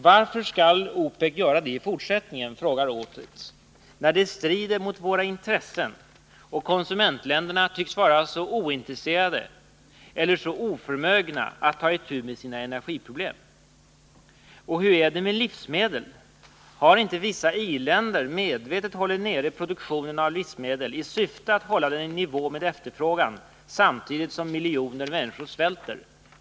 Varför skall OPEC göra det i fortsättningen, frågar Ortiz, när det strider mot våra intressen och konsumentländerna tycks vara så ointresserade eller så oförmögna att ta itu med sina energiproblem? Och hur är det med livsmedel? Har inte vissa industriländer medvetet hållit nere produktionen av livsmedel i syfte att hålla den i nivå med efterfrågan, samtidigt som miljoner människor svälter?